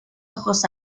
ojos